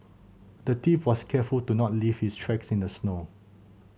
the thief was careful to not leave his tracks in the snow